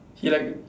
he like